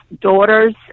daughters